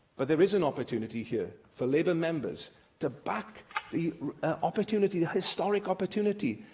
but there is an opportunity here for labour members to back the opportunity, the historic opportunity,